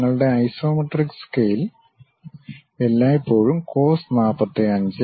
അതിനാൽ നിങ്ങളുടെ isometric scale എല്ലായ്പ്പോഴും cos 45 ഭാഗം cos 30 ആണ്